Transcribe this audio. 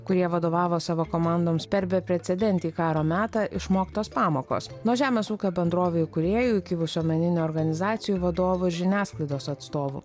kurie vadovavo savo komandoms per beprecedentį karo metą išmoktos pamokos nuo žemės ūkio bendrovių įkūrėjų iki visuomeninių organizacijų vadovų žiniasklaidos atstovų